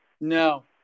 No